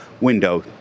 window